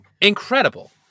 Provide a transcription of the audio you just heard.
Incredible